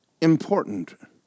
important